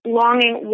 longing